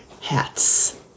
hats